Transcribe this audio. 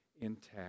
intact